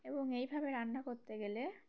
এবং এইভাবে রান্না করতে গেলে